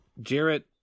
Jarrett